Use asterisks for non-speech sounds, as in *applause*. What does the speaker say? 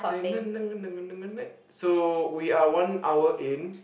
*noise* so we are one hour in